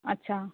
اچھا